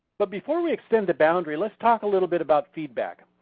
but before we extend the boundary, let's talk a little bit about feedback.